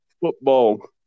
football